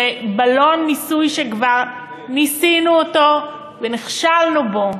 זה בלון ניסוי שכבר ניסינו אותו ונכשלנו בו.